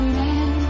man